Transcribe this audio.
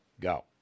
Go